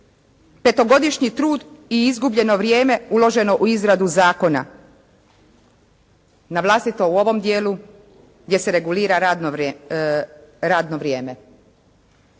petogodišnji trud i izgubljeno vrijeme uloženo u izradu zakona navlastito u ovom dijelu gdje se regulira radno vrijeme.